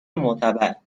معتبر